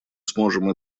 сможем